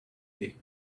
take